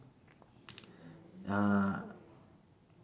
uh